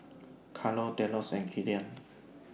Caro Delos and Killian